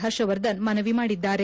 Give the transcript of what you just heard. ಹರ್ಷವರ್ಧನ್ ಮನವಿ ಮಾಡಿದ್ದಾರೆ